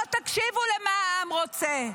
לא תקשיבו למה העם רוצה.